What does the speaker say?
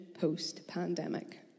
post-pandemic